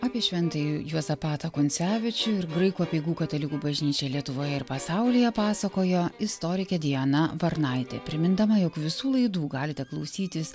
apie šventąjį juozapatą kuncevičių ir graikų apeigų katalikų bažnyčią lietuvoje ir pasaulyje pasakojo istorikė diana varnaitė primindama jog visų laidų galite klausytis